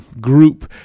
group